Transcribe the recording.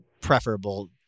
preferable